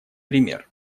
пример